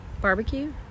Barbecue